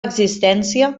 existència